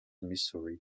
missouri